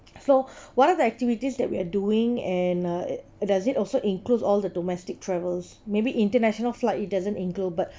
so what are the activities that we are doing and uh does it also includes all the domestic travels maybe international flight it doesn't include but